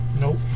Nope